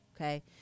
okay